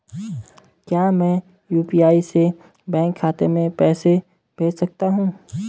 क्या मैं यु.पी.आई से बैंक खाते में पैसे भेज सकता हूँ?